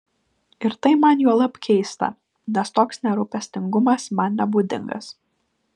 ir tai man juolab keista nes toks nerūpestingumas man nebūdingas